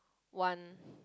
want